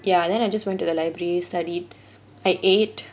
ya then I just went to the library studied at eight